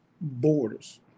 borders